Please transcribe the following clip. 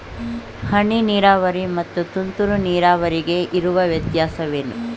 ಹನಿ ನೀರಾವರಿ ಮತ್ತು ತುಂತುರು ನೀರಾವರಿಗೆ ಇರುವ ವ್ಯತ್ಯಾಸವೇನು?